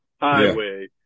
highway